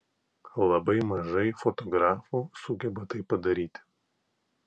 labai mažai fotografų sugeba tai padaryti